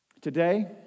Today